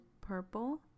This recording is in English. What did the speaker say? purple